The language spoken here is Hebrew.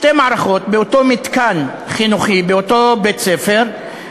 שתי מערכות באותו מתקן חינוכי, באותו בית-ספר.